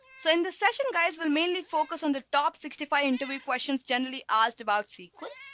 so in this session guys will mainly focus on the top sixty five interview questions generally asked about sql.